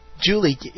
Julie